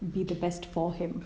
be the best for him